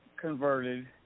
converted